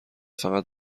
فقط